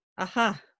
aha